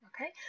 Okay